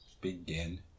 begin